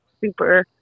super